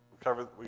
covered